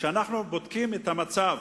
כשאנחנו בודקים את המצב